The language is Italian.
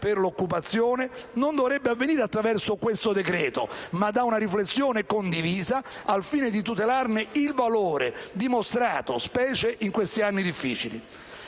per l'occupazione, non dovrebbe avvenire attraverso questo decreto, ma da una riflessione condivisa, al fine di tutelarne il valore dimostrato, specie in questi anni difficili.